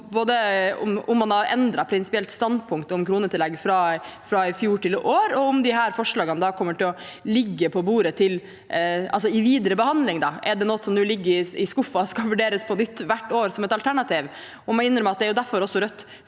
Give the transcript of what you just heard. både om man har endret prinsipielt standpunkt om kronetillegg fra i fjor til i år, og om disse forslagene kommer til å ligge på bordet i videre behandling. Er det noe som nå ligger i skuffen og skal vurderes på nytt hvert år, som et alternativ? Jeg må innrømme at det også er derfor Rødt